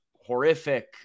horrific